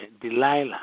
Delilah